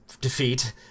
defeat